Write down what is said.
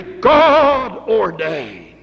God-ordained